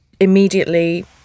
Immediately